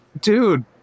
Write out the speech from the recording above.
dude